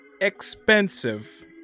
expensive